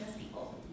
people